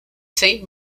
saint